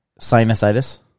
sinusitis